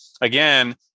again